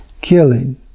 killing